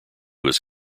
was